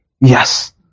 Yes